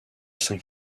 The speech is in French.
saint